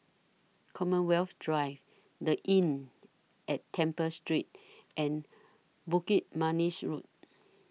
Commonwealth Drive The Inn At Temple Street and Bukit Manis Road